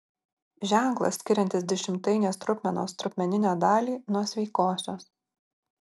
ženklas skiriantis dešimtainės trupmenos trupmeninę dalį nuo sveikosios